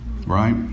Right